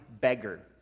beggar